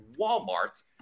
walmart